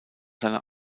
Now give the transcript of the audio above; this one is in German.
seiner